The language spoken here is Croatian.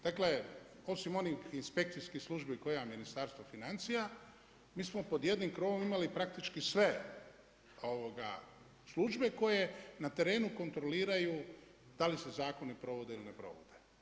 Dakle, osim onih inspekcijskih službi koja Ministarstva financija, mi smo pod jednim krovom imali praktički sve službe koje na terenu kontroliraju da li se zakoni provode ili ne provode.